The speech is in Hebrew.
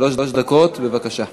שלוש דקות, בבקשה.